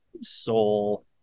soul